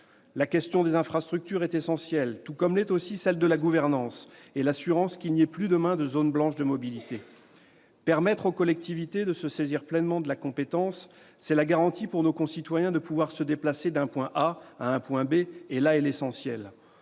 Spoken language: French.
La question des infrastructures est essentielle, tout comme la question de la gouvernance et l'assurance qu'il n'y ait plus, demain, de « zones blanches » de mobilités. Permettre aux collectivités territoriales de se saisir pleinement de la compétence mobilité, c'est la garantie pour nos concitoyens de pouvoir se déplacer d'un point A à un point B, et là est l'essentiel.